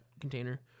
container